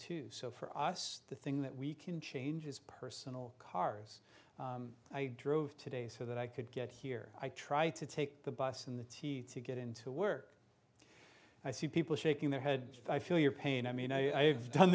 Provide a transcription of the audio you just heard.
two so for us the thing that we can change is personal cars i drove today so that i could get here i try to take the bus and the t to get into work i see people shaking their heads i feel your pain i mean i've done